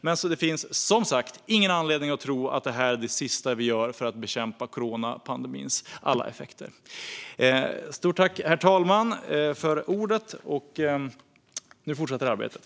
Men det finns som sagt ingen anledning att tro att det här är det sista vi gör för att bekämpa coronapandemins alla effekter. Stort tack, herr talman, för ordet! Nu fortsätter arbetet.